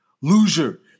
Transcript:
Loser